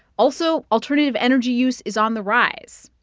also, alternative energy use is on the rise.